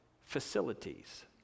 facilities